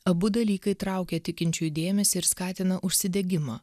abu dalykai traukia tikinčiųjų dėmesį ir skatina užsidegimą